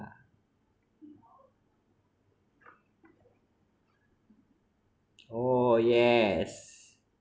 oh yes